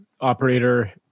operator